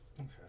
Okay